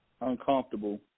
uncomfortable